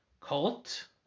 Cult